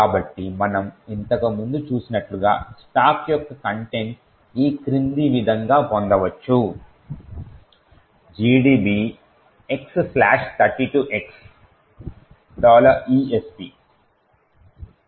కాబట్టి మనం ఇంతకుముందు చూసినట్లుగా స్టాక్ యొక్క కంటెంట్ ఈ క్రింది విధంగా పొందవచ్చు gdb x32x esp